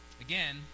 Again